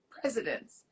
presidents